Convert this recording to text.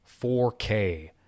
4k